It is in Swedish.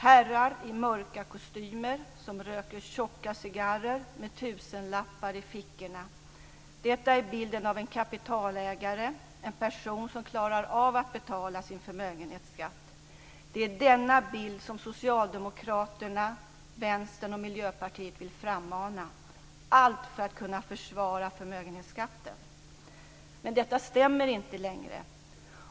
Herrar i mörka kostymer, som röker tjocka cigarrer och har tusenlappar i fickorna - det är bilden av en kapitalägare, en person som klarar av att betala sin förmögenhetsskatt. Det är denna bild som Socialdemokraterna, Vänstern och Miljöpartiet vill frammana, allt för att kunna försvara förmögenhetsskatten. Men detta stämmer inte längre.